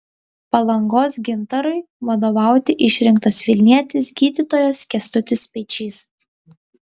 palangos gintarui vadovauti išrinktas vilnietis gydytojas kęstutis speičys